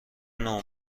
نوع